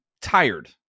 tired